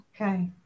okay